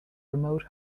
remote